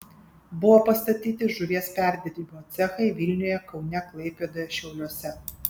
buvo pastatyti žuvies perdirbimo cechai vilniuje kaune klaipėdoje šiauliuose